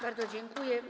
Bardzo dziękuję.